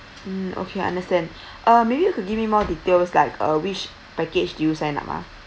mm okay understand uh maybe you could give me more details like uh which package do you sign up ah